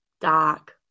dark